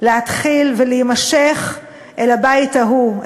להתחיל ולהימשך אל הבית ההוא,